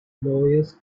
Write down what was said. lawyers